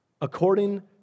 According